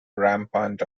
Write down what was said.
rampant